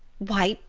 why,